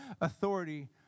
authority